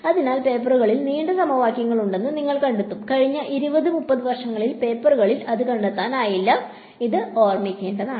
അതിനാൽ പേപ്പറുകളിൽ നീണ്ട സമവാക്യങ്ങളുണ്ടെന്ന് നിങ്ങൾ കണ്ടെത്തും കഴിഞ്ഞ 20 30 വർഷങ്ങളിൽ പേപ്പറുകളിൽ അത് കണ്ടെത്താനാകില്ല ഇത് ഓർമ്മിക്കേണ്ടതാണ്